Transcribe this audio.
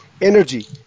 energy